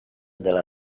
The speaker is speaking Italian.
della